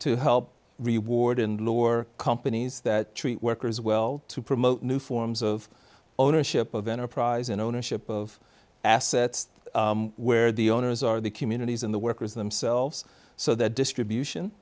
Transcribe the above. to help reward and lower companies that treat workers well to promote new forms of ownership of enterprise and ownership of assets where the owners are the communities in the workers themselves so that distribution